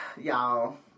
y'all